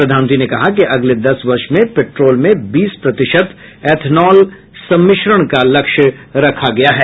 प्रधानमंत्री ने कहा कि अगले दस वर्ष में पैट्रोल में बीस प्रतिशत एथलॉन सम्मिश्रण का लक्ष्य रखा गया है